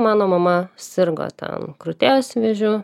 mano mama sirgo ten krūties vėžiu